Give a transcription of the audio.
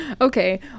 Okay